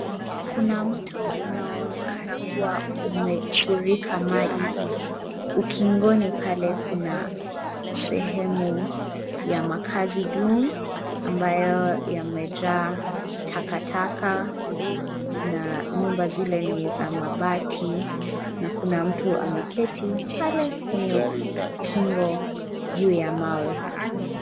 Kuna mto unaoonekana kuwa umefurika maji. Ukingoni pale kuna sehemu ya makazi duni ambayo yamejaa takataka na nyumba zile ni za mabati na kuna mtu ameketi pale kwenye ukingo juu ya mawe.